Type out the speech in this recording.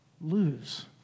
lose